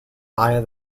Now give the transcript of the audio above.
via